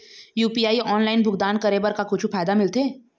UPI online भुगतान करे बर का कुछू फायदा मिलथे?